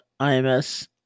IMS